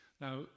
Now